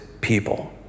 people